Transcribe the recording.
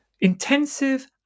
intensive